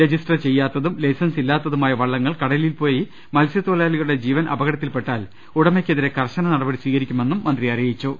register ചെയ്യാത്തതും ലൈസൻസില്ലാത്തതുമായ വള്ളങ്ങൾ കട ലിൽ പോയി മത്സൃത്തൊഴിലാളികളുടെ ജീവൻ അപകടത്തിൽപെ ട്ടാൻ ഉടമയ്ക്കെതിരെ കർശന നടപടി സ്വീകരിക്കുമെന്നും മന്ത്രി പറ ഞ്ഞു